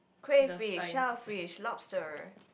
crayfish shell fish lobster